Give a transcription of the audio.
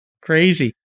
crazy